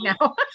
now